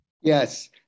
Yes